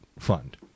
fund